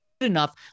enough